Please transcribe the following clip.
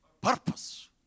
purpose